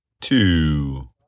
two